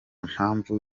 mpamvu